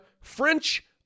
French